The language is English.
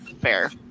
fair